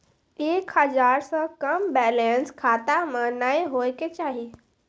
एक हजार से कम बैलेंस खाता मे नैय होय के चाही